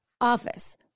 office